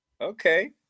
Okay